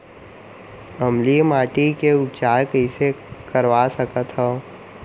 अम्लीय माटी के उपचार कइसे करवा सकत हव?